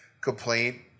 complain